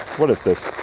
what is this?